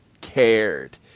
cared